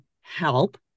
help